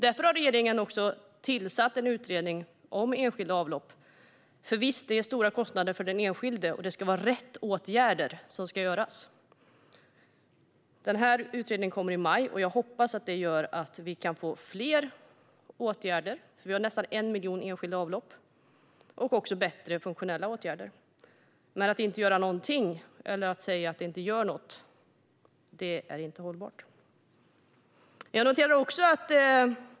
Därför har regeringen tillsatt en utredning om enskilda avlopp. Eftersom det är stora kostnader för den enskilde måste rätt åtgärder vidtas. Utredningen kommer i maj, och jag hoppas att vi då kan få fler, bättre och mer funktionella åtgärder, för vi har nästan 1 miljon enskilda avlopp. Att inte göra något eller att säga att det inte gör något är inte hållbart.